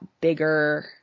bigger